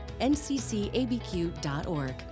nccabq.org